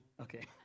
Okay